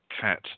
cat